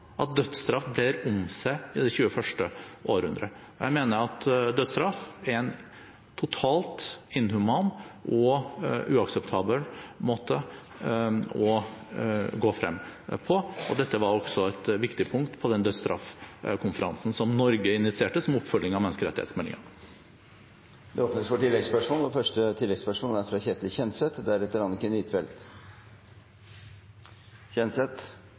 at dødsstraff brer om seg i det 21. århundre. Jeg mener at dødsstraff er en totalt inhuman og uakseptabel måte å gå frem på, og dette var også et viktig punkt på den dødsstraffkonferansen som Norge initierte som en oppfølging av menneskerettighetsmeldingen. Det blir oppfølgingsspørsmål – først Ketil Kjenseth. Fra